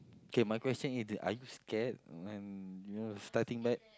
okay my question is are you scared when you know the starting back